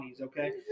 Okay